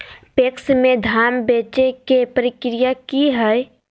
PACS में धाम बेचे के प्रक्रिया की हय?